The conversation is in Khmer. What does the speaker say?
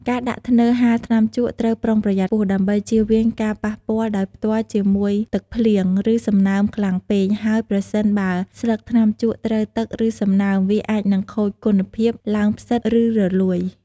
ការដាក់ធ្នើរហាលថ្នាំជក់ត្រូវប្រុងប្រយ័ត្នខ្ពស់ ដើម្បីជៀសវាងការប៉ះពាល់ដោយផ្ទាល់ជាមួយទឹកភ្លៀង ឬសំណើមខ្លាំងពេក ហើយប្រសិនបើស្លឹកថ្នាំជក់ត្រូវទឹក ឬសំណើម វាអាចនឹងខូចគុណភាព ឡើងផ្សិត ឬរលួយ។